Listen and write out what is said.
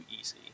easy